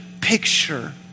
picture